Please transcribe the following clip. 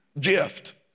gift